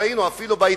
מעל 2 מיליוני ערבים.